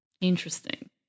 Interesting